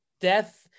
death